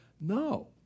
No